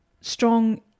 strong